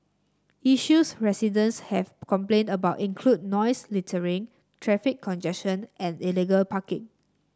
issues residents have complained about include noise littering traffic congestion and illegal parking